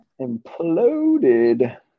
Imploded